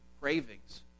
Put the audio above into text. cravings